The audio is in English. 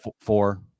Four